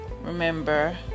remember